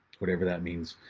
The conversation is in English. whatever that means.